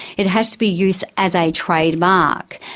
it has to be used as a trade mark,